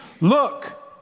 Look